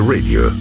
Radio